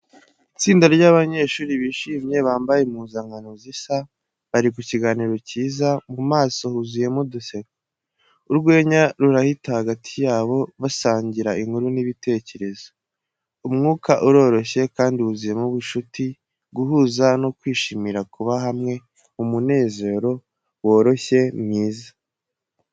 Itsinda ry'abanyeshuri bishimye bambaye impuzankano zisa, bari mu kiganiro cyiza, mu maso huzuyemo uduseko. Urwenya rurahita hagati yabo, basangira inkuru n’ibitekerezo. Umwuka uroroshye, kandi wuzuyemo ubucuti, guhuza no kwishimira kuba hamwe mu munezero woroshye mwiza.